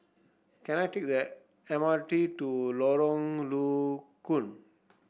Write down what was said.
can I take the M R T to Lorong Low Koon